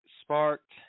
sparked